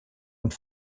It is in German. und